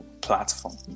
platform